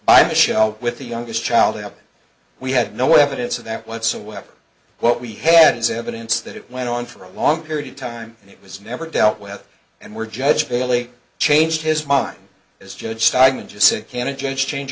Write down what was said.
by michele with the youngest child and we had no evidence of that whatsoever what we had is evidence that it went on for a long period of time and it was never dealt with and we're judged fairly changed his mind as judge seidlin just said can a judge change